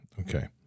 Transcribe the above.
Okay